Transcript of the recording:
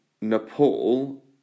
Nepal